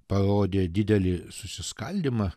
parodė didelį susiskaldymą